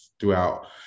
throughout